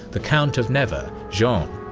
the count of nevers, jean.